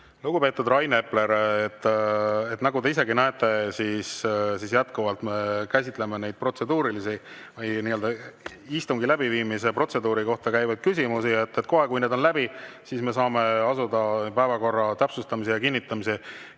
Lugupeetud Rain Epler! Nagu te isegi näete, siis jätkuvalt me käsitleme neid protseduurilisi, istungi läbiviimise protseduuri kohta käivaid küsimusi. Kohe, kui need on läbi, saame me asuda päevakorra täpsustamise, kinnitamise